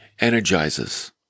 energizes